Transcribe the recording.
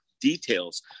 details